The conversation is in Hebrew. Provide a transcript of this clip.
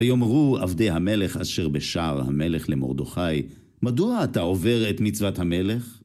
ויאמרו עבדי המלך אשר בשער, המלך למרדכי, מדוע אתה עובר את מצוות המלך?